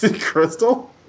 Crystal